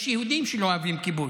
יש יהודים שלא אוהבים כיבוש.